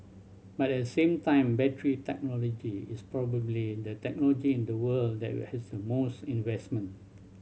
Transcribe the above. but at the same time battery technology is probably the technology in the world that will has the most investment